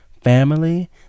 family